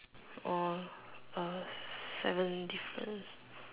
uh uh seven difference